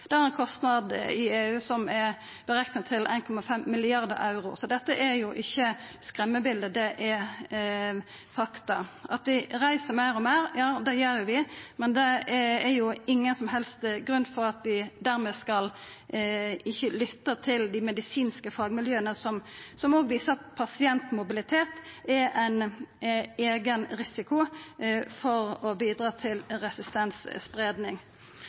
det har ein kostnad som er berekna til 1,5 mrd. euro. Så dette er ikkje skremmebilete, det er fakta. Vi reiser meir og meir, det gjer vi, men det jo ingen som helst grunn til at vi ikkje skal lytta til dei medisinske fagmiljøa, som òg viser at pasientmobilitet er ein eigen risiko for å bidra til